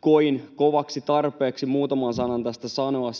koin kovaksi tarpeeksi muutaman sanan tästä sanoa.